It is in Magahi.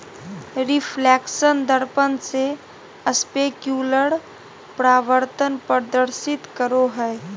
रिफ्लेक्शन दर्पण से स्पेक्युलर परावर्तन प्रदर्शित करो हइ